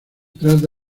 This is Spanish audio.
trata